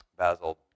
Basil